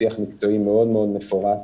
שיח מקצועי מאוד מאוד מפורט,